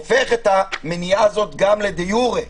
הוא הופך את המניעה הזאת גם לדה יורה.